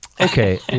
okay